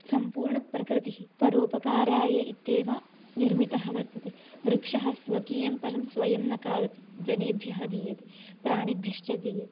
सम्पूर्णप्रकृतिः परोपकाराय इत्येव निर्मिता वर्तते वृक्षः स्वकीयं फलं स्वयं न खादति जनेभ्यः दीयते प्राणिभ्यश्च दीयते